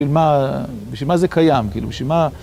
בשביל מה זה קיים, בשביל מה...